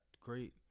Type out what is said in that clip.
great